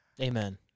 Amen